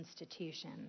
institution